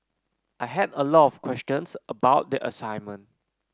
I had a lot questions about the assignment